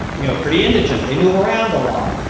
you know, pretty indigent. they move around a lot.